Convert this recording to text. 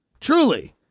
Truly